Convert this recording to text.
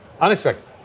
unexpected